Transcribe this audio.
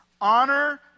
Honor